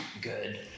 good